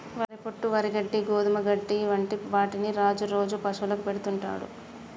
వరి పొట్టు, వరి గడ్డి, గోధుమ గడ్డి వంటి వాటిని రాజు రోజు పశువులకు పెడుతుంటాడు